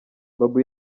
babu